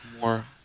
more